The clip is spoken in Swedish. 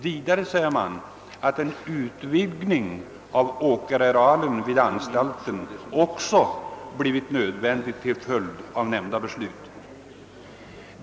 Vidare säger man att en utvidgning av åkerarealen vid anstalten också blivit nödvändig till följd av nämnda beslut.